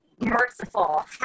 merciful